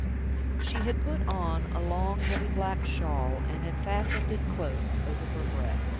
she had put on a long, heavy black shawl, and had fastened it close over her breast.